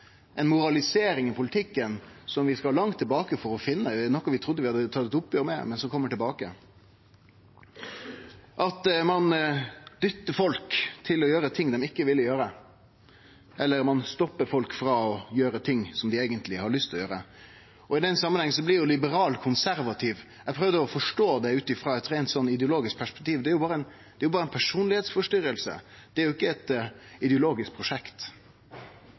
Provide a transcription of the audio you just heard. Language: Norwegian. ein dyttar folk til å gjere ting dei ikkje vil gjere, eller stoppar folk i å gjere ting dei eigentleg har lyst til å gjere. Å vere liberalkonservativ – eg prøvde å forstå det ut frå eit reint ideologisk perspektiv, men det er jo berre ei personlegdomsforstyrring, det er ikkje eit ideologisk prosjekt.